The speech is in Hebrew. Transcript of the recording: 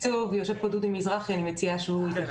יושב כאן דודי מזרחי ואני מציעה שהוא יתייחס לכך.